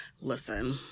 Listen